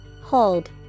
Hold